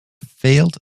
failed